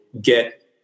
get